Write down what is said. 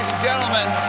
gentlemen,